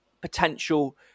potential